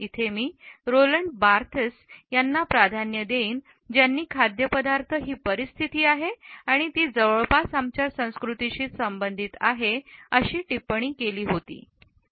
इथे मी Roland Barthes यांना प्राधान्य देईन ज्यांनी खाद्यपदार्थ ही परिस्थिती आहे आणि ती जवळपास आमच्या संस्कृतीशी संबंधित आहे अशी टिप्पणी केली होती